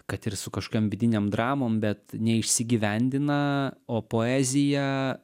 kad ir su kažkiom vidinėm dramom bet neišsigyvendina o poezija